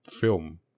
film